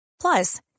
Plus